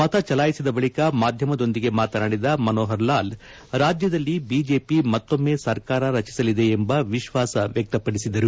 ಮತ ಚಲಾಯಿಸಿದ ಬಳಿಕ ಮಾಧ್ಯಮದೊಂದಿಗೆ ಮಾತನಾಡಿದ ಮನೋಹರ್ ಲಾಲ್ ರಾಜ್ಯದಲ್ಲಿ ಬಿಜೆಪಿ ಮತ್ತೊಮ್ಮೆ ಸರ್ಕಾರ ರಚಿಸಲಿದೆ ಎಂಬ ವಿಶ್ವಾಸ ವ್ಯಕ್ತಪಡಿಸಿದರು